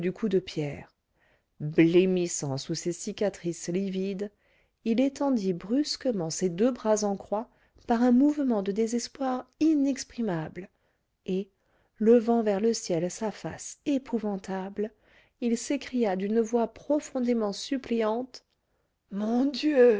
coup de pierre blêmissant sous ses cicatrices livides il étendit brusquement ses deux bras en croix par un mouvement de désespoir inexprimable et levant vers le ciel sa face épouvantable il s'écria d'une voix profondément suppliante mon dieu